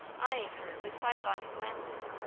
eyeing her with sidelong glances,